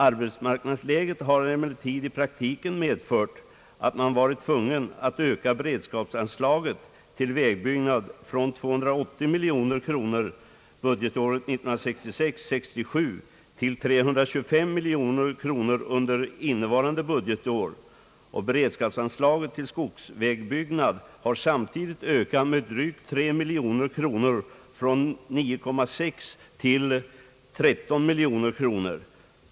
Arbetsmarknadsläget har emellertid i praktiken medfört att man varit tvungen att öka beredskapsanslaget till vägbyggnad från 280 miljoner kronor budgetåret 1966/67 till 325 miljoner under innevarande budgetår. Beredskapsanslaget till skogsvägbyggnad har samtidigt ökat med drygt 3 miljoner kronor, från 9,6 till 13 miljoner kronor.